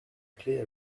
clef